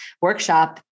workshop